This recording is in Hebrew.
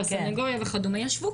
כל הגורמים ישבו,